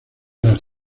las